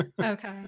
Okay